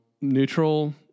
neutral